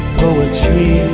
poetry